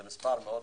זה מספר עצום.